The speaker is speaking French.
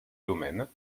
domaine